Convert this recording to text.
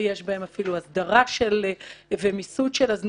יש בהן אפילו אסדרה ומיסוד של הזנות,